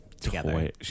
together